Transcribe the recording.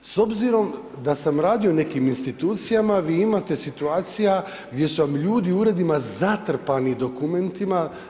S obzirom da sam radio u nekim institucijama vi imate situacija gdje su vam ljudi u uredima zatrpani dokumentima.